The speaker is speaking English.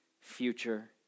future